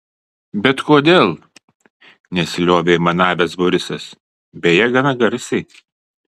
bet kodėl nesiliovė aimanavęs borisas beje gana garsiai